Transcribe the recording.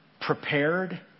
prepared